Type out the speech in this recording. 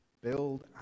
Build